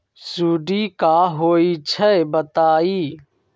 सुडी क होई छई बताई?